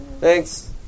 Thanks